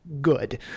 good